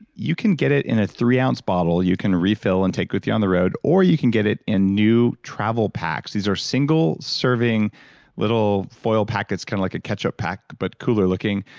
you can get it in a three oz bottle you can refill and take with you on the road or you can get it in new travel packs. these are single-serving little foil packets kind of like a ketchup pack but cooler looking,